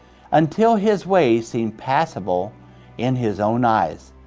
until his ways seemed passable in his own eyes.